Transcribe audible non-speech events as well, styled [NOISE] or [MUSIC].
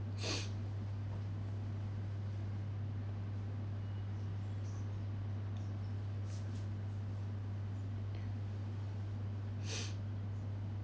[NOISE]